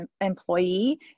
employee